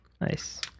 Nice